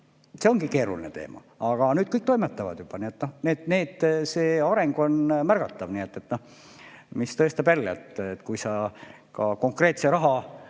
See ongi keeruline teema. Aga nüüd kõik toimetavad juba, nii et areng on märgatav. See tõestab jälle, et kui sa ka konkreetse raha